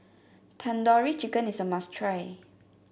Tandoori Chicken is a must try